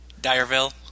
Dyerville